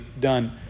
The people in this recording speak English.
done